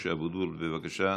משה אבוטבול, בבקשה,